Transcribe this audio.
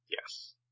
Yes